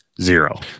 zero